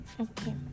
Okay